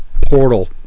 portal